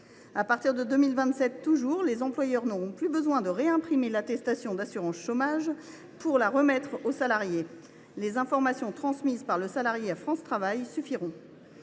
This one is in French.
À partir de 2027 toujours, les employeurs n’auront plus besoin de réimprimer l’attestation d’assurance chômage pour la remettre au salarié. Les informations transmises par le salarié à France Travail suffiront.